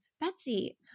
Betsy